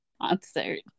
concert